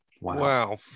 Wow